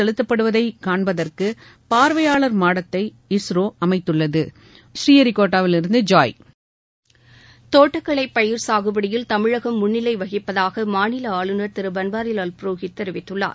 செலத்தப்படுவதை னன்பதற்கு பார்வையாளர் மாடத்தை இஸ்ரோ அமைத்தள்ளது தோட்டக்கலை பயிர் சாகுபடியில் தமிழகம் முன்னிலை வகிப்பதாக மாநில ஆஞநர் திரு பன்வாரிலால் புரோஹித் தெரிவித்துள்ளார்